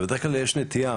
ובדרך-כלל יש נטייה.